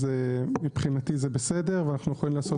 אז מבחינתי זה בסדר ואנחנו יכולים לעשות